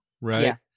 right